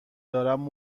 دارم